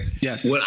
Yes